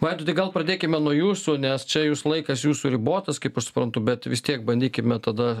vaidotai gal pradėkime nuo jūsų nes čia jūs laikas jūsų ribotas kaip aš suprantu bet vis tiek bandykime tada